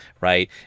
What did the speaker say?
right